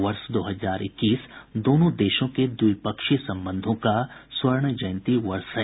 वर्ष दो हजार इक्कीस दोनों देशों के द्विपक्षीय संबंधों का स्वर्ण जयंती वर्ष है